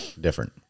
different